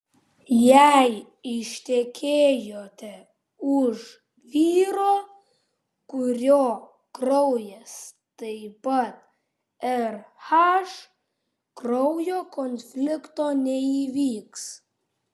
jei ištekėjote už vyro kurio kraujas taip pat rh kraujo konflikto neįvyks